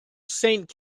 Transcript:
saint